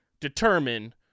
determine –